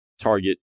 Target